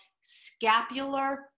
scapular